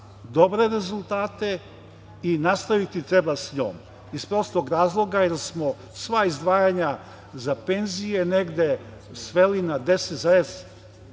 dobre rezultate i treba nastaviti s njom, iz prostog razloga jer smo sva izdvajanja za penzije negde sveli na 10,5%